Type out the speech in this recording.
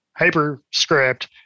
HyperScript